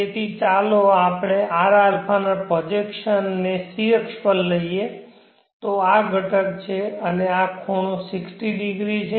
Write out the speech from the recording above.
તેથી ચાલો આપણે rα ના પ્રોજેક્શન ને c અક્ષ પર લઈએ તો આ ઘટક છે અને આ ખૂણો 60 ડિગ્રી છે